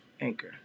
Anchor